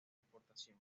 exportación